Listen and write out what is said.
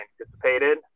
anticipated